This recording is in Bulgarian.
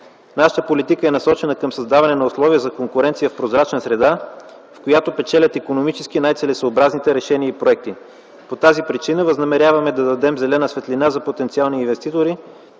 Нашата политика е насочена към създаване на условия за конкуренция и прозрачна среда, в която печелят икономически най-целесъобразните решения и проекти. По тази причина възнамеряваме да дадем зелена светлина за потенциални инвеститори